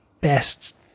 best